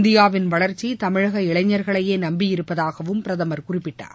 இந்தியாவின் வளர்ச்சி தமிழக இளைஞர்களையே நம்பியிருப்பதாகவும் பிரதமர் குறிப்பிட்டார்